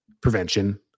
prevention